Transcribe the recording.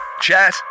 Chat